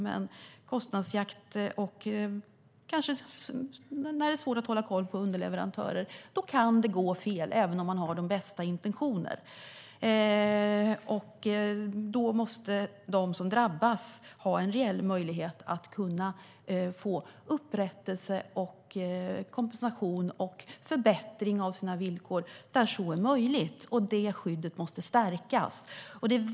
Men med kostnadsjakt och kanske när det är svårt att hålla koll på underleverantörer kan det gå fel, även om man har de bästa intentioner. Då måste de som drabbas ha en reell möjlighet att få upprättelse, kompensation och förbättring av sina villkor där så är möjligt. Det skyddet måste stärkas.